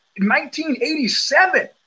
1987